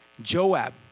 Joab